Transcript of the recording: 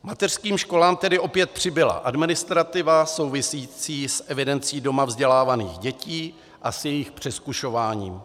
Mateřským školám tedy opět přibyla administrativa související s evidencí doma vzdělávaných dětí a s jejich přezkušováním.